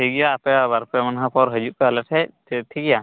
ᱴᱷᱤᱠ ᱜᱮᱭᱟ ᱟᱯᱮ ᱵᱟᱨ ᱯᱮ ᱢᱟᱹᱱᱦᱟᱹ ᱯᱚᱨ ᱦᱤᱡᱩᱜ ᱯᱮ ᱟᱞᱮ ᱥᱮᱫ ᱴᱷᱤᱠ ᱜᱮᱭᱟ